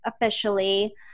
officially